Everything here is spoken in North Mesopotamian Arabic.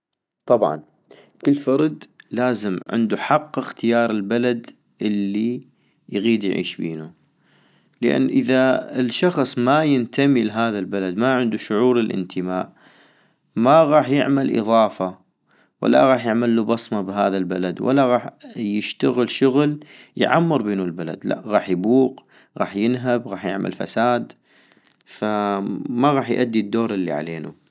طبعا ، كل فرد لازم عندو حق اختيار البلد الي يغيد يعيش بينو - لان اذا الشخص ما ينتمي لهذا البلد ما عندو شعور الانتماء ما غاح يعمل اضافة ولا غاح يعملو بصمة بهذا البلد ولا غاح يشتغل شغل يعمر بينو البلد ، لأ غاح يبوق غاح ينهب غاح يعمل فساد فما غاح يأدي الدور الي علينو